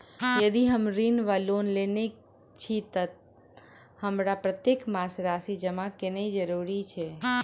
यदि हम ऋण वा लोन लेने छी तऽ हमरा प्रत्येक मास राशि जमा केनैय जरूरी छै?